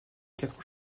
quatre